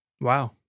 wow